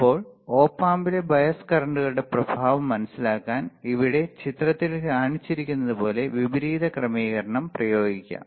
ഇപ്പോൾ ഒപ് ആമ്പിലെ ബയാസ് കറന്റുകളുടെ പ്രഭാവം മനസിലാക്കാൻ ഇവിടെ ചിത്രത്തിൽ കാണിച്ചിരിക്കുന്നതുപോലെ വിപരീത ക്രമീകരണം പരിഗണിക്കാം